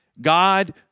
God